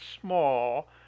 small